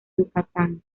yucatán